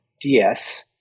DS